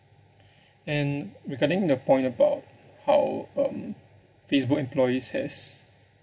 and regarding the point about how um facebook employees has